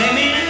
Amen